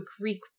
Greek